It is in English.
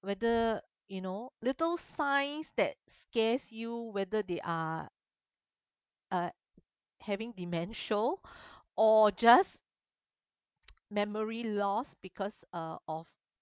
whether you know little signs that scares you whether they uh are having dementia or just memory loss because uh of